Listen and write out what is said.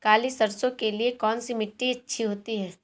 काली सरसो के लिए कौन सी मिट्टी अच्छी होती है?